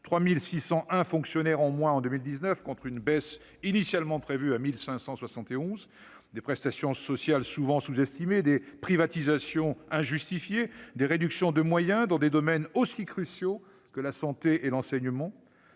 3 601 fonctionnaires en moins en 2019, contre une baisse initialement fixée à 1 571 fonctionnaires -, des prestations sociales souvent sous-estimées, des privatisations injustifiées, des réductions de moyens dans des domaines aussi cruciaux que la santé et l'enseignement.